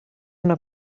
una